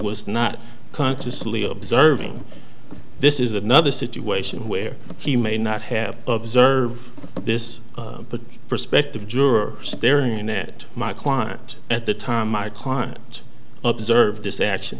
was not consciously observing this is another situation where he may not have observed this but prospective juror staring at my client at the time my client observed this action